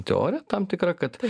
teorija tam tikra kad